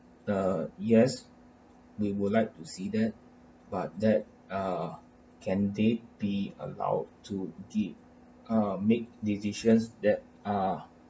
uh yes we would like to see that but that ah can they be allowed to de~ uh make decisions that are